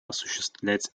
осуществлять